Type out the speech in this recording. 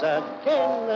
again